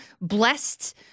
blessed